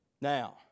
Now